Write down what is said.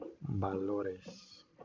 Valores